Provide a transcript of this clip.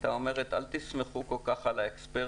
הייתה אומרת, אל תסמכו כל כך על האקספרטים.